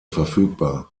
verfügbar